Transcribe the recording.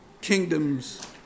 kingdoms